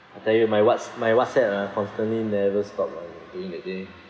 I tell you my whats~ my WhatsApp ah constantly never stop [one] during the day